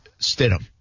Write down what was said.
Stidham